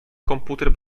komputer